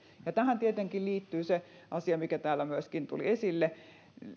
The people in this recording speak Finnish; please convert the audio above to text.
tähän tietenkin liittyy se asia mikä täällä myöskin tuli esille liittyen